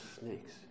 snakes